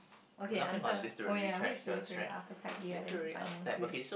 okay answer oh ya which literally architect do you identify most with